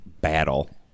battle